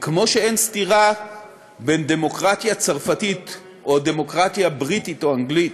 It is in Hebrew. וכמו שאין סתירה בדמוקרטיה צרפתית או דמוקרטיה בריטית או אנגלית,